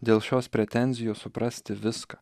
dėl šios pretenzijos suprasti viską